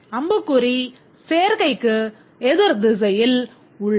அம்புக்குறி சேர்ககைக்கு எதிர் திசையில் உள்ளது